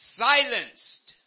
silenced